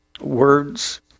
words